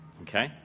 okay